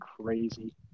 crazy